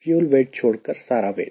fuel weight छोड़कर सारा wait